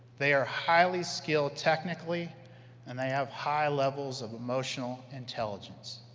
they are highly skilled technically and they have high levels of emotional intelligence.